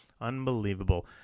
Unbelievable